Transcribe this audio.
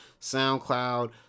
SoundCloud